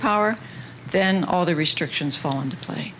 power then all the restrictions fall into play